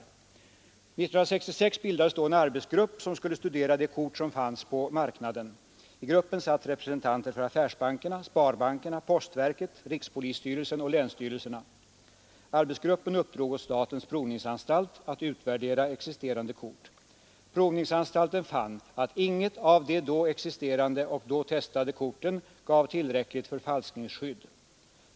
1966 bildades då en arbetsgrupp, som skulle studera de kort som fanns på marknaden. I gruppen satt representanter för affärsbankerna, sparbankerna, postverket, rikspolisstyrelsen och länsstyrelserna. Arbetsgruppen uppdrog åt statens provningsanstalt att utvärdera existerande kort. Provningsanstalten fann att inget av de då existerande och då testade korten gav ett tillräckligt förfalskningsskydd.